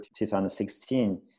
2016